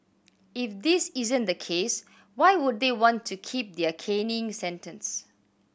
if this isn't the case why would they want to keep their caning sentence